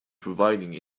providing